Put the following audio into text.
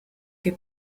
que